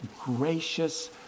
gracious